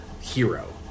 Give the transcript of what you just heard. hero